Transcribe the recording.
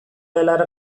belar